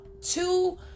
two